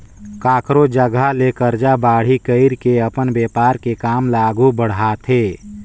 कखरो जघा ले करजा बाड़ही कइर के अपन बेपार के काम ल आघु बड़हाथे